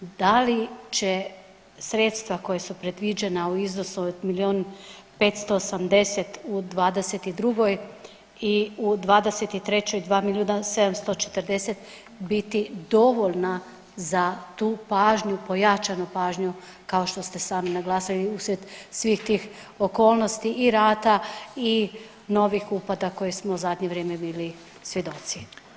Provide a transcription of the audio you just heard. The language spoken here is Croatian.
Da li će sredstva koja su predviđena u iznosu od milijun 580 u 2022. i u 2023. 2 milijuna 740 biti dovoljna za tu pažnju, pojačanu pažnju kao što ste sami naglasili uslijed svih tih okolnosti i rata i novih upada kojih smo zadnje vrijeme bili svjedoci.